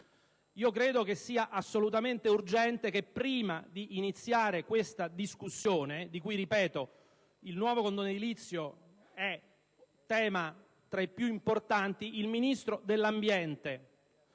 io credo che sia assolutamente urgente che prima di iniziare questa discussione - di cui, ripeto, il nuovo condono edilizio è tema tra i più importanti - il Ministro dell'ambiente,